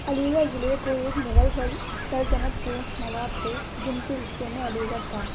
علی گڑھ ضلع کو ایک مغل سلطنت کے نواب تھے جن کے حصے میں علی گڑھ تھا